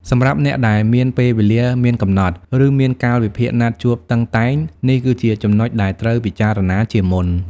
សម្រាប់អ្នកដែលមានពេលវេលាមានកំណត់ ឬមានកាលវិភាគណាត់ជួបតឹងតែង នេះគឺជាចំណុចដែលត្រូវពិចារណាជាមុន។